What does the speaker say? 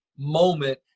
moment